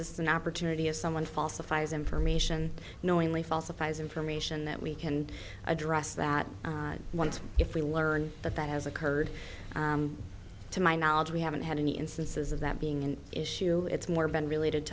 us an opportunity as someone falsifies information knowingly falsifies information that we can address that once if we learn that that has occurred to my knowledge we haven't had any instances of that being an issue it's more been related